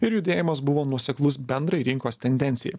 ir judėjimas buvo nuoseklus bendrai rinkos tendencijai